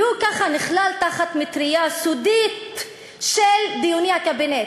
וככה הוא נכלל תחת מטרייה סודית של דיוני הקבינט.